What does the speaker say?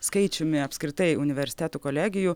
skaičiumi apskritai universitetų kolegijų